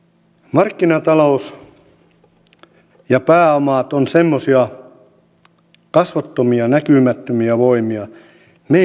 markkinatalous ja pääomat ovat semmoisia kasvottomia näkymättömiä voimia me